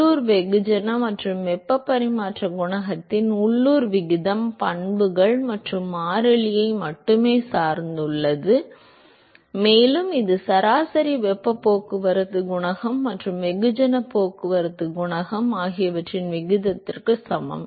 உள்ளூர் வெகுஜன மற்றும் வெப்ப பரிமாற்ற குணகத்தின் உள்ளூர் விகிதம் பண்புகள் மற்றும் மாறிலியை மட்டுமே சார்ந்துள்ளது மேலும் இது சராசரி வெப்ப போக்குவரத்து குணகம் மற்றும் வெகுஜன போக்குவரத்து குணகம் ஆகியவற்றின் விகிதத்திற்கு சமம்